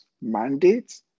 mandates